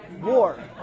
War